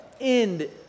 end